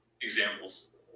examples